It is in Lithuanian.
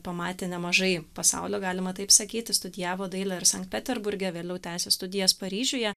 pamatė nemažai pasaulio galima taip sakyti studijavo dailę ir sankt peterburge vėliau tęsė studijas paryžiuje